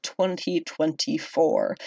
2024